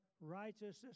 righteousness